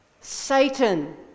Satan